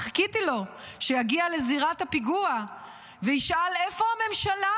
חיכיתי לו שיגיע לזירת הפיגוע וישאל איפה הממשלה,